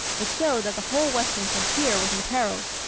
it showed that the whole western frontier was imperilled.